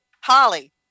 Holly